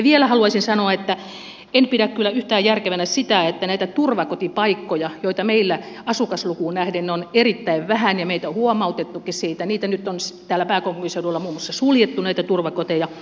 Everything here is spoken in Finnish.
vielä haluaisin sanoa että en pidä kyllä yhtään järkevänä sitä että näitä turvakotipaikkoja joita meillä asukaslukuun nähden on erittäin vähän ja meitä on huomautettukin siitä on nyt täällä pääkaupunkiseudulla muun muassa suljettu